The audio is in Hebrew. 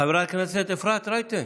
חברת הכנסת אפרת רייטן.